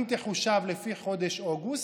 אם תחושב לפי חודש אוגוסט,